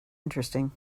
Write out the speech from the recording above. interesting